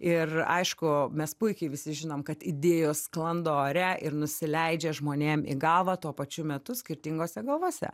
ir aišku mes puikiai visi žinom kad idėjos sklando ore ir nusileidžia žmonėm į galvą tuo pačiu metu skirtingose galvose